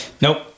Nope